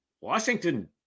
Washington